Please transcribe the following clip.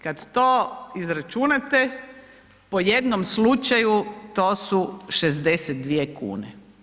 Kada to izračunate po jednom slučaju to su 62 kune.